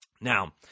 Now